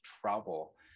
trouble